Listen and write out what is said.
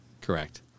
Correct